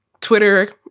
Twitter